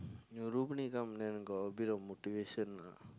your come then got a bit of motivation lah